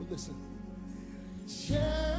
Listen